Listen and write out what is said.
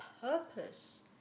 purpose